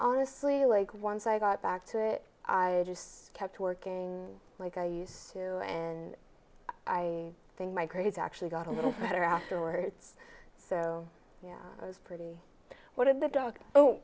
honestly like once i got back to it i just kept working like i used to and i think my grades actually got a little better afterwards so yeah i was pretty well in the dug